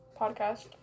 podcast